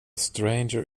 stranger